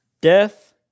Death